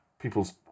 people's